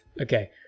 Okay